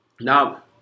Now